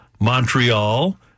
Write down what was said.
Montreal